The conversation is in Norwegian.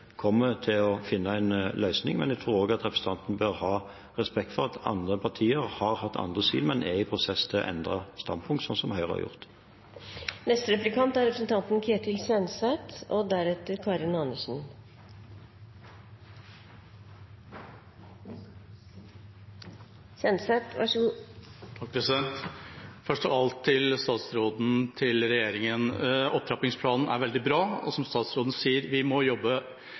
kommer til å få en løsning, men jeg tror også at representanten bør ha respekt for at andre partier har hatt andre syn, men er i en prosess for å endre standpunkt, slik Høyre har gjort. Først av alt, til statsråden og regjeringa: Opptrappingsplanen er veldig bra, og som statsråden sier, må vi jobbe bredt for å redusere antallet av og å forebygge overdosedødsfall. Det er til slutt det vi